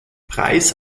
preis